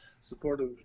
supportive